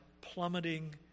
plummeting